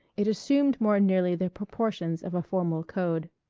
it assumed more nearly the proportions of a formal code.